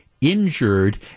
injured